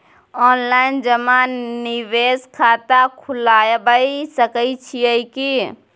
Online जमा निवेश खाता खुलाबय सकै छियै की?